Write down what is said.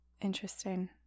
Interesting